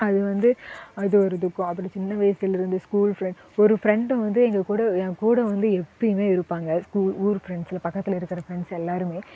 அது வந்து அது ஒரு துக்கம் அப்படி சின்ன வயசில் இருந்து ஸ்கூல் ஃப்ரண்ட் ஒரு ஃப்ரண்டு வந்து எங்கள் கூட என் கூட வந்து எப்போயுமே இருப்பாங்க ஸ்கூல் ஊர் ஃப்ரண்ட்ஸ் பக்கத்தில் இருக்க ஃப்ரண்ட்ஸ் எல்லோருமே